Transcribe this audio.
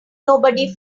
nobody